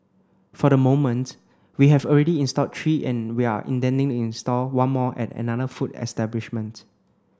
for the moment we have already installed three and we are intending to install one more at another food establishment